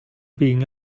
being